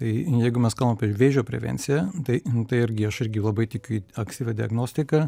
tai jeigu mes kalbam apie vėžio prevenciją tai tai irgi aš irgi labai tikiu į ankstyvą diagnostiką